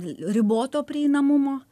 riboto prieinamumo